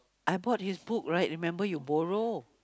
I bought his book right remember you borrow